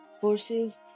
horses